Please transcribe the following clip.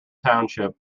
township